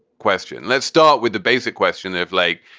question let's start with the basic question of like